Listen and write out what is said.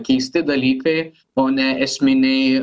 keisti dalykai o ne esminiai